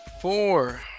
four